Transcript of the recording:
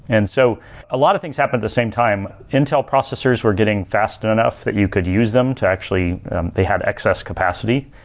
and so a lot of things happened at the same time. intel processors were getting fast enough that you could use them to actually they had excess capacity.